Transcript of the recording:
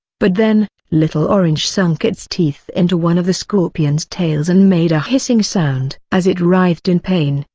but then, little orange sunk its teeth into one of the scorpion's tails and made a hissing sound. as it writhed in pain,